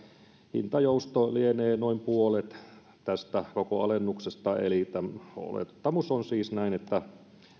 hintajousto lienee noin puolet tästä koko alennuksesta eli olettamus on siis näin että